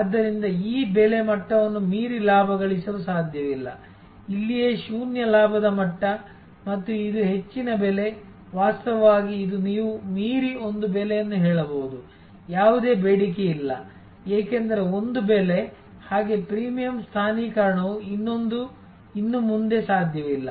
ಆದ್ದರಿಂದ ಈ ಬೆಲೆ ಮಟ್ಟವನ್ನು ಮೀರಿ ಲಾಭ ಗಳಿಸಲು ಸಾಧ್ಯವಿಲ್ಲ ಇಲ್ಲಿಯೇ ಶೂನ್ಯ ಲಾಭದ ಮಟ್ಟ ಮತ್ತು ಇದು ಹೆಚ್ಚಿನ ಬೆಲೆ ವಾಸ್ತವವಾಗಿ ಇದು ನೀವು ಮೀರಿ ಒಂದು ಬೆಲೆಯನ್ನು ಹೇಳಬಹುದು ಯಾವುದೇ ಬೇಡಿಕೆಯಿಲ್ಲ ಏಕೆಂದರೆ ಒಂದು ಬೆಲೆ ಹಾಗೆ ಪ್ರೀಮಿಯಂ ಸ್ಥಾನೀಕರಣವು ಇನ್ನು ಮುಂದೆ ಸಾಧ್ಯವಿಲ್ಲ